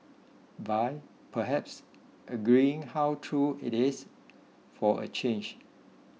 by perhaps agreeing how true it is for a change